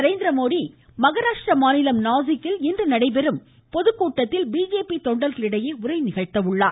நரேந்திரமோடி மகாராஷ்டிர மாநிலம் நாசிக்கில் இன்று நடைபெறும் கட்சி பொதுக்கூட்டத்தில் பிஜேபி தொண்டர்களிடையே உரைநிகழ்த்துகிறார்